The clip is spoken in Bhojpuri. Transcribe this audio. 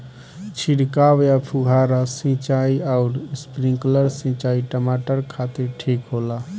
छिड़काव या फुहारा सिंचाई आउर स्प्रिंकलर सिंचाई टमाटर खातिर ठीक होला?